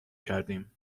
کردیم